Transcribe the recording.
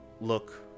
look